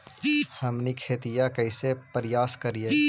हमनी खेतीया कइसे परियास करियय?